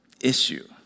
issue